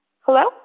Hello